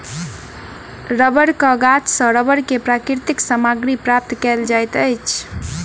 रबड़क गाछ सॅ रबड़ के प्राकृतिक सामग्री प्राप्त कयल जाइत अछि